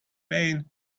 pain